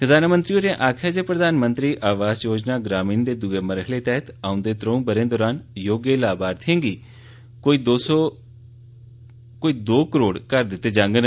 खजाना मंत्री होरें आक्खेया जे प्रधानमंत्री आवास योजना ग्रामीण दे दूये मरहले तैहत औंदे त्रौं ब'रें दरान योग्य लाभार्थियें गी कोई दो करोड़ घर दित्ते जांगन